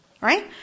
Right